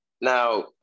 Now